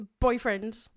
Boyfriend